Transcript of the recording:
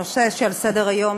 הנושא שעל סדר-היום,